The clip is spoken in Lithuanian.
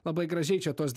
labai gražiai čia tos